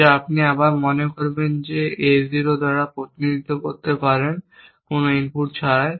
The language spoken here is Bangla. যা আপনি আবার মনে করবেন আপনি A 0 দ্বারা প্রতিনিধিত্ব করতে পারেন কোনো ইনপুট ছাড়াই